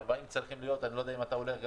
אני צריך ללכת